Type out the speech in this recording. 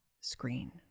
screen